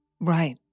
Right